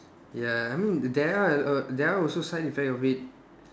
ya I mean there are oh their also sign to play of it